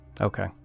Okay